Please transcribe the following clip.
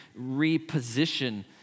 reposition